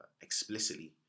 explicitly